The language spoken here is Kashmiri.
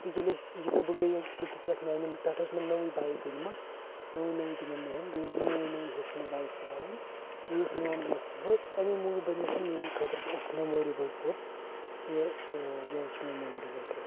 تہٕ ییٚلہِ أسۍ یہِ تہٕ بہٕ گٔے ٹٕرپہِ پٮ۪ٹھ میٛانیٚن پٮ۪ٹھہٕ ٲس مےٚ نٔوٕے بایک أنۍ مٕژ نٔوٕے نٔوٕے تِمن دۄہَن بیٚیہِ اوسُس بہٕ نوٚوٕے نوٚوٕے ہیٚچھمُت بایک چلاوٕنۍ گٔے أسۍ میٛون دوست تہٕ بہٕ تمیٚے موجوب بنیٚے سۄ میٛانہ خٲطرٕ سۄ اکھ میٚموریبل ٹٕرٛپ تہٕ ٲں یہٲے چھِ مےٚ میٚموریبٕل ٹٕرٛپ